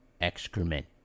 excrement